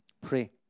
Pray